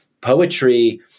poetry